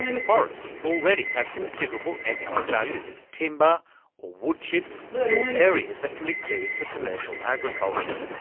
forests already have considerable economic value as timber or wood chips or areas that can be cleared for commercial agriculture.